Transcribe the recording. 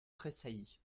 tressaillit